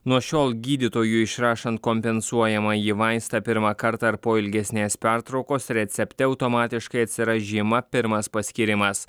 nuo šiol gydytojui išrašant kompensuojamąjį vaistą pirmą kartą ar po ilgesnės pertraukos recepte automatiškai atsiras žyma pirmas paskyrimas